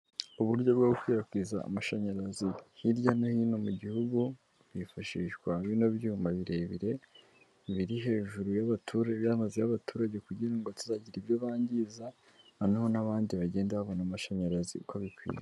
Uburyo bwo gukwirakwiza amashanyarazi hirya no hino mu gihugu, hifashishwa bino byuma birebire biri hejuru y'abaturage n'amazu y'abaturage, kugira ngo batazagira ibyo bangiza noneho n'abandi bagende babona amashanyarazi uko bikwiriye.